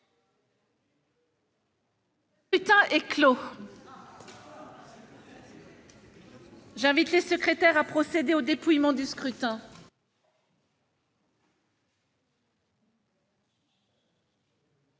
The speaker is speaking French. Le scrutin est clos. J'invite Mmes et MM. les secrétaires à procéder au dépouillement du scrutin.